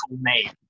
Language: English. name